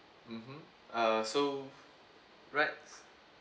mmhmm uh so right